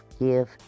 give